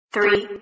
Three